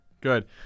Good